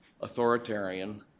authoritarian